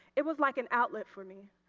it was like an outlet for me.